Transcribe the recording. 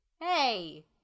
Hey